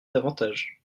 davantage